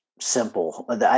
simple